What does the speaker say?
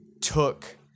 took